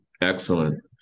Excellent